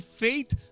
faith